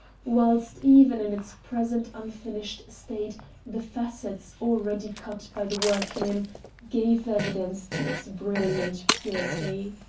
whilst even in its present unfinished state the facets already cut by the workmen gave evidence to its brilliant purity.